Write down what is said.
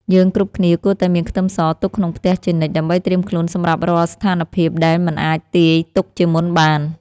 យើងគ្រប់គ្នាគួរតែមានខ្ទឹមសទុកក្នុងផ្ទះជានិច្ចដើម្បីត្រៀមខ្លួនសម្រាប់រាល់ស្ថានភាពដែលមិនអាចទាយទុកជាមុនបាន។